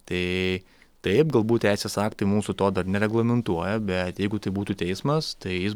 tai taip galbūt teisės aktai mūsų to dar nereglamentuoja bet jeigu tai būtų teismas tai jis